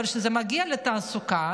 אבל כשזה מגיע לתעסוקה,